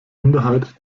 minderheit